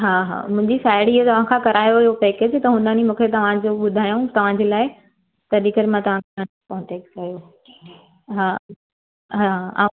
हा हा मुंहिंजी साहिड़ीअ तव्हां खां करायो हुयो पैकेज त हुननि मूंखे तव्हांजो ॿुधायो तव्हांजे लाइ तॾहिं मां तव्हांखे कॉन्टेक्ट कयो हा हा अ